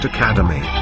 Academy